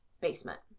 basement